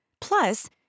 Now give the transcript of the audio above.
Plus